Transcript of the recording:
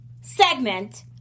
segment